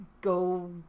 Go